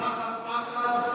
תחת פחד.